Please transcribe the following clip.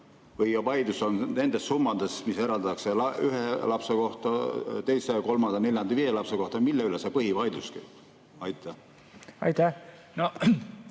või küsimus on nendes summades, mis eraldatakse ühe lapse kohta, teise, kolmanda, neljanda ja viienda lapse kohta. Mille üle see põhivaidlus käib? Aitäh,